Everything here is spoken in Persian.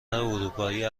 اروپایی